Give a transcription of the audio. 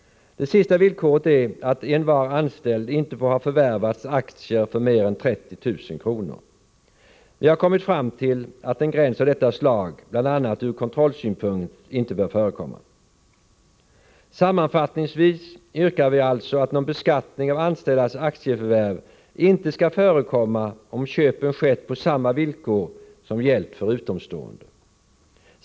Det sista villkoret är att envar anställd inte får ha förvärvat aktier för mer än 30 000 kr. — Vi har kommit fram till att en gräns av detta slag bl.a. ur kontrollsynpunkt inte bör förekomma. Sammanfattningsvis yrkar vi alltså att någon beskattning av anställdas aktieförvärv inte skall förekomma om köpen skett på samma villkor som gällt för utomstående.